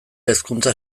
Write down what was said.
hezkuntza